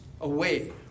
away